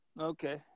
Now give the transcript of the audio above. Okay